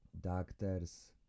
doctors